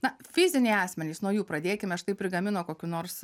na fiziniai asmenys nuo jų pradėkime štai prigamino kokių nors